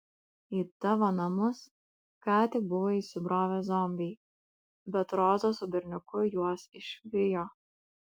į tavo namus ką tik buvo įsibrovę zombiai bet roza su berniuku juos išvijo